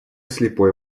слепой